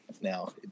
now